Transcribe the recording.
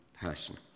person